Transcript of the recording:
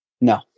No